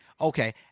Okay